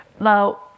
Now